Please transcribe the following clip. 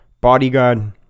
bodyguard